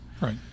Right